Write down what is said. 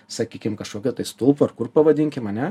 sakykim kažkokio tai stulpo ar kur pavadinkim ar ne